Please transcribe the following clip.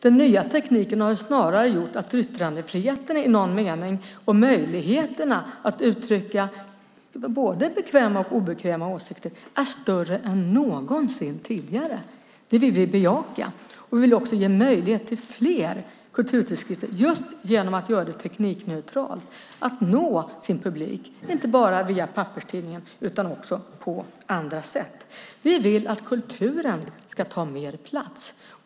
Den nya tekniken har snarare gjort att yttrandefriheten i någon mening och möjligheterna att uttrycka både bekväma och obekväma åsikter är större än någonsin tidigare. Det vill vi bejaka. Vi vill också ge möjlighet till fler kulturtidskrifter just genom att göra det teknikneutralt att nå sin publik - inte bara via papperstidningen utan också på andra sätt. Vi vill att kulturen ska ta mer plats.